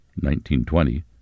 1920